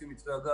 לפי מתווה הגז,